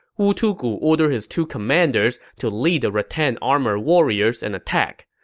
wu tugu ordered his two commanders to lead the rattan-armored warriors and attack.